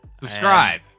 Subscribe